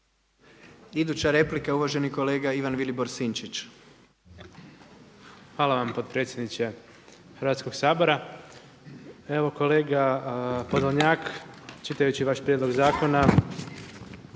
Hvala vam potpredsjedniče Hrvatskog sabora. Evo kolega Podolnjak, čitajući vaš prijedlog zakona,